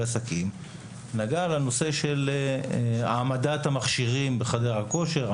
עסקים נגעה לנושא של העמדת המכשירים בחדר הכושר,